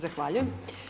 Zahvaljujem.